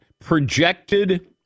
Projected